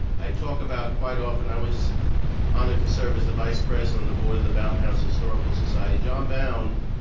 i talk about quite often i was honored to serve as a vice president on the board of the bowne house historical society. john bowne,